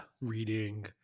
reading